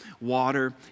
water